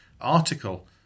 article